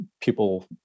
people